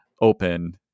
open